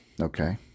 Okay